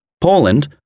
Poland